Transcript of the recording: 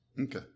Okay